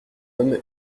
homme